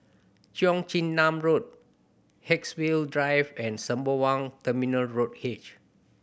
Cheong Chin Nam Road Haigsville Drive and Sembawang Terminal Road H